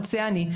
רוצה אני.